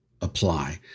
apply